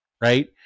right